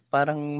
Parang